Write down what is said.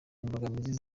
imbogamizi